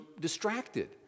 distracted